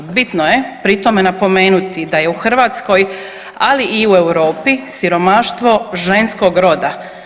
Bitno je pri tome napomenuti da je u Hrvatskoj ali i u Europi siromaštvo ženskog roda.